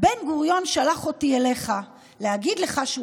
בן-גוריון שלח אותי אליך להגיד לך שהוא